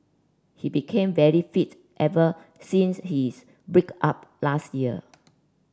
he became very fit ever since his break up last year